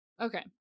Okay